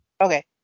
Okay